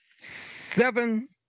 seven